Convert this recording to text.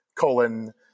colon